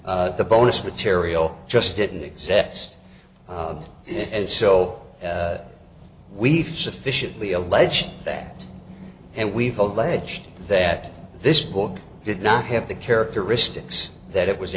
the bonus material just didn't exist yet and so we've sufficiently alleged that and we've alleged that this book did not have the characteristics that it was